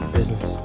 Business